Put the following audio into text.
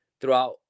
throughout